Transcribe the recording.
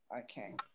Okay